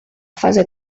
fase